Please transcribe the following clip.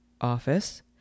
Office